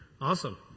Awesome